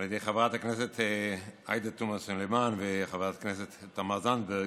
של חברת הכנסת עאידה תומא סלימאן וחברת הכנסת תמר זנדברג,